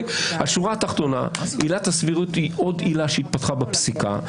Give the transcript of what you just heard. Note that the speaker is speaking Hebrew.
השורה התחתונה שעילת הסבירות היא עוד עילה שהתפתחה בפסיקה,